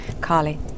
Carly